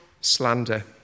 slander